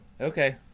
Okay